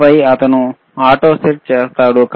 ఆపై అతను auto set చేస్తాడు